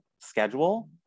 schedule